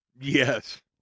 Yes